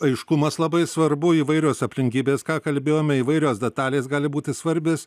aiškumas labai svarbu įvairios aplinkybės ką kalbėjome įvairios detalės gali būti svarbios